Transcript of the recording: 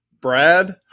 Brad